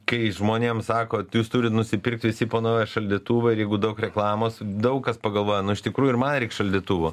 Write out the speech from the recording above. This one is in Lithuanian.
kai žmonėm sako jūs turit nusipirkt visi po naują šaldytuvą ir jeigu daug reklamos daug kas pagalvoja nu iš tikrųjų ir man reik šaldytuvo